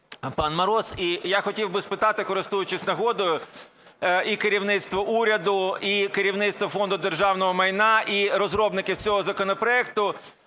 пан Мороз. І я хотів би спитати, користуючись нагодою, і керівництво уряду, і керівництво Фонду державного майна, і розробників цього законопроекту.